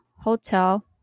hotel